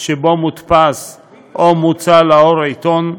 שבו מודפס או מוצא לאור עיתון,